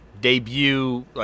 debut